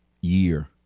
year